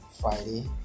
Friday